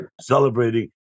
Celebrating